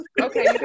okay